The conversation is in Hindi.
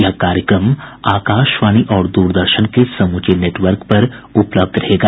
यह कार्यक्रम आकाशवाणी और दूरदर्शन के समूचे नेटवर्क पर उपलब्ध रहेगा